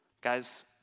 Guys